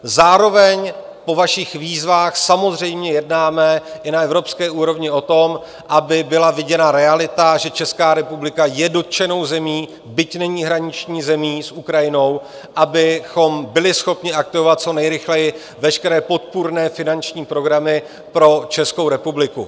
Zároveň po vašich výzvách samozřejmě jednáme i na evropské úrovni o tom, aby byla viděna realita, že Česká republika je dotčenou zemí, byť není hraniční zemí s Ukrajinou, abychom byli schopni aktivovat co nejrychleji veškeré podpůrné finanční programy pro Českou republiku.